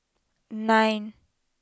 nine